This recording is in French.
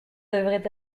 devrait